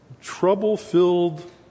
trouble-filled